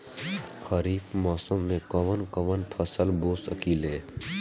खरिफ मौसम में कवन कवन फसल बो सकि ले?